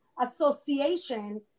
association